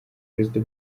perezida